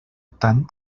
tant